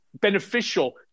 beneficial